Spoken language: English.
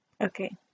Okay